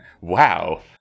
Wow